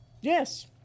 Yes